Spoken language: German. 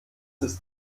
ist